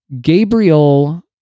Gabriel